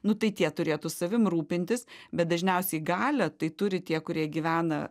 nu tai tie turėtų savim rūpintis bet dažniausiai galią tai turi tie kurie gyvena